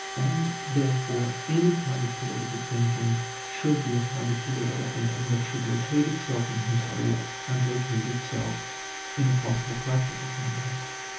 and therefore any kind of political thinking should be a kind of political thinking that should locate itself in history and locate itself in a possible practical context.